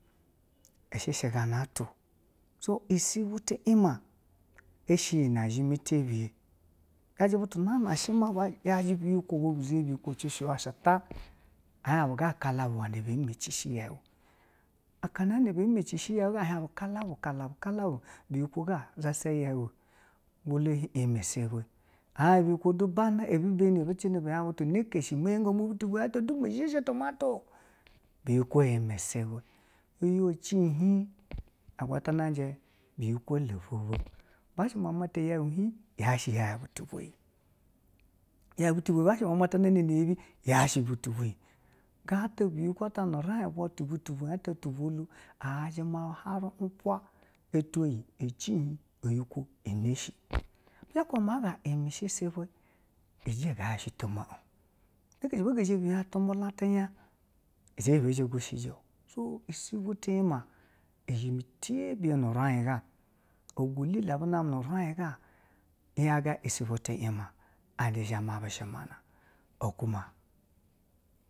Gana to so isebwe tiime shi iyina zhime ti biye, yaji butu nana shima bu yaji biyikwo, buzheni biyikwa bwa ci shiuya shi ta ihien ga kala bu iwene bwo meci shi yeu. Aka nana meci shi yeu ihien bu cala, bu, cala bu, cala bu, biyikwo zha sha yeu o bwolo ɛme isbwe an hien du biyikwo bana, ibini abiceni noko shi meyigo ata zha shi tumata, biyi kwo to ɛme isebwe. Iuya cihin agwatana nje biyikwo leofwu bwo, bu shimamata yeu ibwe hiin yashi yew ɛvwe twebweyi. Yashi mamata nana me yebe yashi ine vwe-twebweyi gata tiyikwo ta nu ram bwe to butu tu rain bwolo a yaja miaun hwari umpwa miaun me teweyi mi cihin. Oyikwo ni neshi. Bi zha ba kaba ma anga ɛme isebwe mi zhi me teme ua ne keshi be ge zhe tubi la tiya zhe iyi ba ga zha be ngushije isebwe tiima izhime tibiye nu rain ohiwigo ɛlɛlɛ abu name nu rain ga, ga isebwe tiima izha ma bi zhimana oku ma.